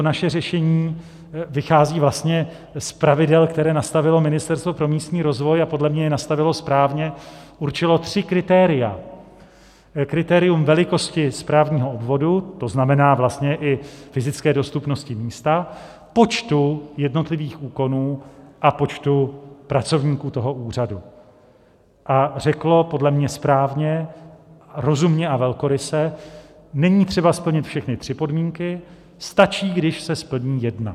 Naše řešení vychází vlastně z pravidel, které nastavilo Ministerstvo pro místní rozvoj, a podle mě je nastavilo správně, určilo tři kritéria kritérium velikosti správního, to znamená vlastně i fyzické dostupnosti místa, počtu jednotlivých úkonů a počtu pracovníků toho úřadu, řeklo, podle mě správně, rozumně a velkoryse: Není třeba splnit všechny tři podmínky, stačí, když se splní jedna.